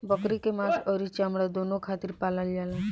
बकरी के मांस अउरी चमड़ा दूनो खातिर पालल जाला